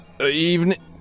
evening